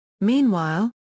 Meanwhile